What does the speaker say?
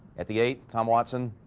at the eighth tom watson